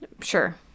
Sure